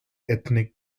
ethnic